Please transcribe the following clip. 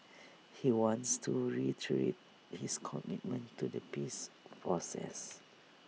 he wants to reiterate his commitment to the peace process